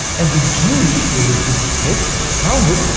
and the jewish religious text, the talmud,